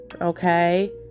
Okay